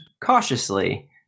cautiously